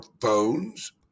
phones